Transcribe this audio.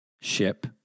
Ship